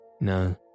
No